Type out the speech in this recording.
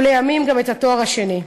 ולימים גם את התואר השני.